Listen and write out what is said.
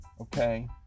Okay